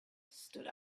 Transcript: stood